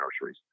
nurseries